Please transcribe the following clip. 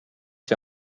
see